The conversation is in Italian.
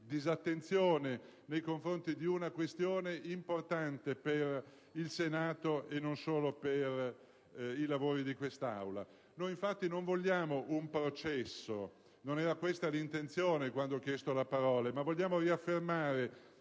disattenzione nei confronti di una questione importante per il Senato e non solo per i lavori di questa Assemblea. Non vogliamo, infatti, un processo. Non era questa l'intenzione quando ho chiesto la parola. Intendiamo riaffermare